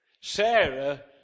Sarah